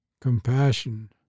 compassion